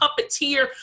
puppeteer